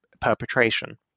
perpetration